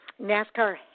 NASCAR